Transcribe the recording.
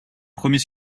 premier